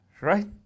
right